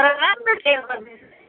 तर राम्रो केयर गरिदियोस् है